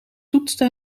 toetste